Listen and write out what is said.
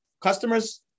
customers